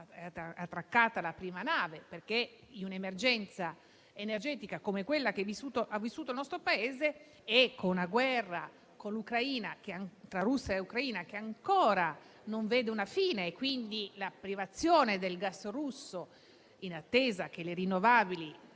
è attraccata la prima nave. Infatti con una emergenza energetica come quella che ha vissuto il nostro Paese e con la guerra tra Russia e Ucraina che ancora non vede una fine e quindi con la privazione del gas russo, in attesa che le rinnovabili